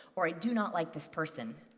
or i do not like this person,